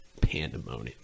pandemonium